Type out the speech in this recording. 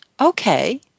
okay